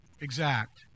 exact